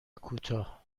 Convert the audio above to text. کوتاه